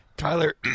Tyler